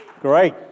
Great